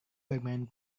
bermain